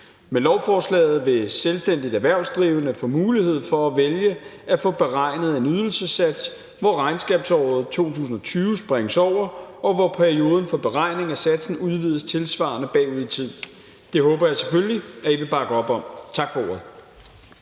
Med lovforslaget vil selvstændigt erhvervsdrivende få mulighed for at vælge at få beregnet en ydelsessats, hvor regnskabsåret 2020 springes over, og hvor perioden for beregning af satsen udvides tilsvarende bagud i tid. Det håber jeg selvfølgelig at I vil bakke op om. Tak for ordet.